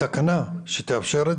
את כל החסמים הקיימים בתכנון בקרקע פרטית,